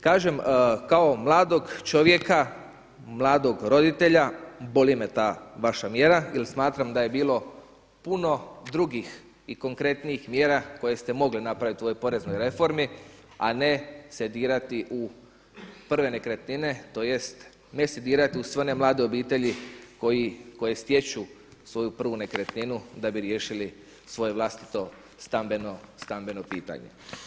Kažem, kao mladog čovjeka, mladog roditelja boli me ta vaša mjera jer smatram da je bilo puno drugih i konkretnijih mjera koje ste mogli napraviti u ovoj poreznoj reformi, a ne se dirati u prve nekretnine, to jest, ne se dirati u sve one mlade obitelji koje stječu svoju prvu nekretninu da bi riješili svoje vlastito stambeno pitanje.